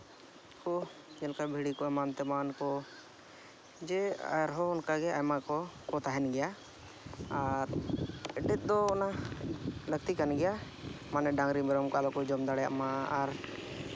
ᱠᱚ ᱪᱮᱫ ᱞᱮᱠᱟ ᱵᱷᱤᱲᱤ ᱠᱚ ᱮᱢᱟᱱ ᱛᱮᱢᱟᱱ ᱠᱚ ᱡᱮ ᱟᱨᱦᱚᱸ ᱚᱱᱠᱟ ᱜᱮ ᱟᱭᱢᱟ ᱠᱚ ᱛᱟᱦᱮᱱ ᱜᱮᱭᱟ ᱟᱨ ᱮᱴᱮᱫ ᱫᱚ ᱚᱱᱟ ᱞᱟᱹᱠᱛᱤ ᱠᱟᱱ ᱜᱮᱭᱟ ᱢᱟᱱᱮ ᱰᱟᱝᱨᱤ ᱢᱮᱨᱚᱢ ᱠᱚ ᱟᱞᱚ ᱠᱚ ᱡᱚᱢ ᱫᱟᱲᱮᱭᱟᱜ ᱢᱟ ᱟᱨ